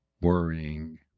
worrying